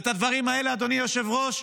ואת הדברים האלה, אדוני היושב-ראש,